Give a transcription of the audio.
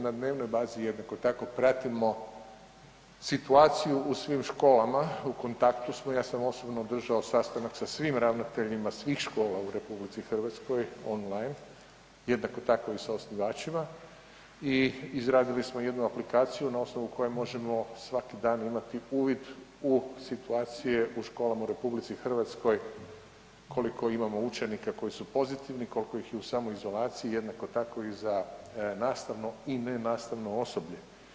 Na dnevnoj bazi jednako tako pratimo situaciju u svim školama, u kontaktu smo, ja sam osobno održao sastanaka sa svim ravnateljima svih škola u Republici Hrvatskoj online, jednako tako i sa osnivačima, i izradili smo jednu aplikaciju na osnovu koje možemo svaki dan imati uvid u situacije u školama u Republici Hrvatskoj, koliko imamo učenika koji su pozitivni, koliko ih je u samoizolaciji, jednako tako i za nastavno i nenastavno osoblje.